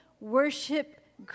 worship